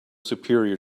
superior